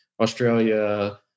Australia